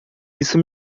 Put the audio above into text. isso